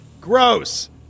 Gross